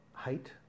height